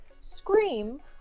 scream